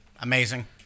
Amazing